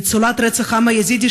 ניצולת העם היזידי,